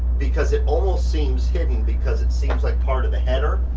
because it almost seems hidden because it seems like part of the header,